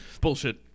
bullshit